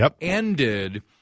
ended